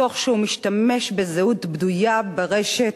תוך שהוא משתמש בזהות בדויה ברשת